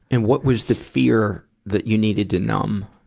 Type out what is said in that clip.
and what was the fear that you needed to numb?